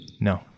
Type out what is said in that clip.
No